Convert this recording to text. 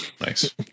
Nice